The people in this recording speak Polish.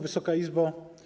Wysoka Izbo!